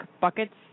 buckets